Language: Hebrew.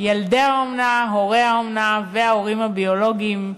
ילדי האומנה, הורי האומנה וההורים הביולוגיים.